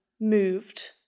moved